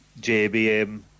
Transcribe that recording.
JBM